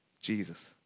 Jesus